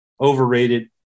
overrated